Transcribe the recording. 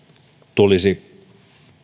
tulisi